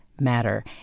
matter